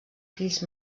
fills